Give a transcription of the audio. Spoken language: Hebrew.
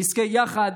שנזכה יחד